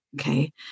Okay